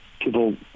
people